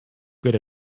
good